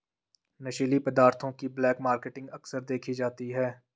नशीली पदार्थों की ब्लैक मार्केटिंग अक्सर देखी जाती है